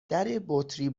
دربطری